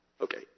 Okay